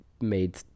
made